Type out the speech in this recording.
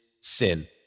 sin